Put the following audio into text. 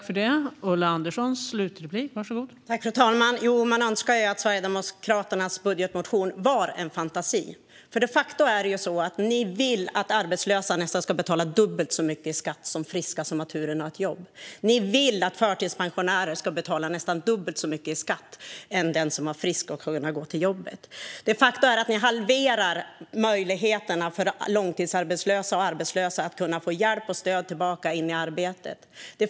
Fru talman! Man önskar ju att Sverigedemokraternas budgetmotion var en fantasi. De facto är det så att Sverigedemokraterna vill att arbetslösa ska betala nästan dubbelt så mycket i skatt som friska människor som har turen att ha ett jobb. Ni vill att förtidspensionärer ska betala nästan dubbelt så mycket i skatt som människor som är friska och som kan gå till jobbet. Faktum är att ni halverar möjligheterna för arbetslösa och långtidsarbetslösa att få hjälp och stöd för att komma tillbaka in i arbete.